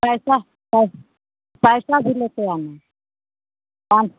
पैसा पैसा भी लेते आना पाँच